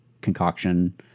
concoction